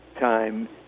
time